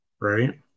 right